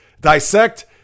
dissect